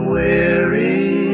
weary